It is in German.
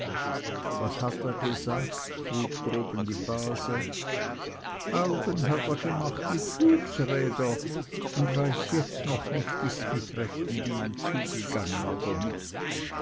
was hat er gesagt frug droben die base augen hat er gemacht wie pflugsräder und weiß noch jetzt nicht ists mit rechten dingen zugegangen oder nicht